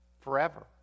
forever